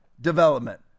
development